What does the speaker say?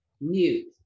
mute